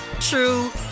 true